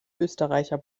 österreicher